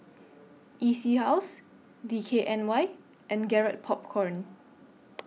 E C House D K N Y and Garrett Popcorn